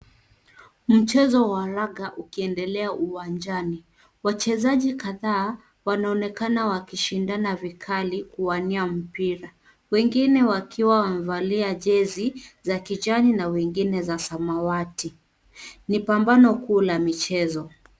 Mchezo wa raga ukiendelea uwanjani. Wachezaji kadhaa wanaonekana wakishindana vikali, kuwania mpira. Wengine wakiwa wamevalia jersey za kijani na wengine za samawati. Ni pambano kuu la michezo.